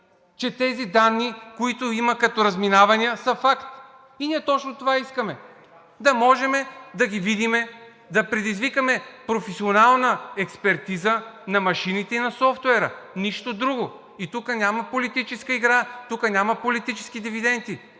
че тези данни, които има като разминавания, са факт. И ние точно това искаме – да можем да ги видим, да предизвикаме професионална експертиза на машините и на софтуера. Нищо друго! Тук няма политическа игра, тук няма политически дивиденти.